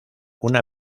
una